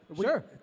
Sure